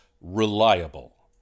reliable